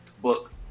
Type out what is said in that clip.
book